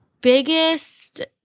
biggest